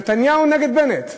נתניהו נגד בנט.